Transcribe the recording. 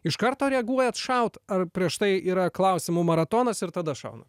iš karto reaguojat šaut ar prieš tai yra klausimų maratonas ir tada šauna